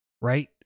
right